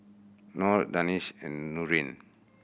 Nor Danish and Nurin